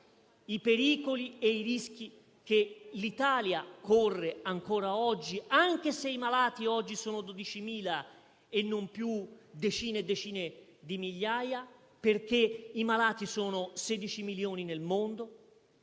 i pericoli e i rischi che l'Italia corre, ancora oggi, anche se i malati sono 12.000 e non più decine e decine di migliaia. Infatti i malati sono 16 milioni nel mondo